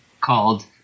called